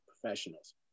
Professionals